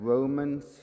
Romans